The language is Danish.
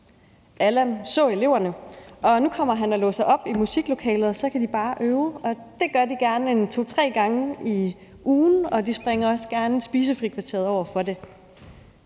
Allan så eleverne, og nu kommer han og låser op i musiklokalet, og så kan de bare øve, og det gør de gerne to-tre gange om ugen, og de springer også gerne spisefrikvarteret over for det.